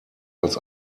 als